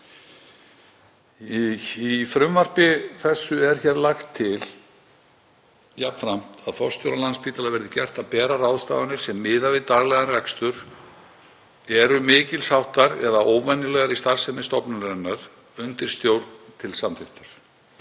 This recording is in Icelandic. Í frumvarpi þessu er jafnframt lagt til að forstjóra Landspítala verði gert að bera ráðstafanir sem, miðað við daglegan rekstur, eru mikils háttar eða óvenjulegar í starfsemi stofnunarinnar undir stjórn til samþykktar.